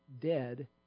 dead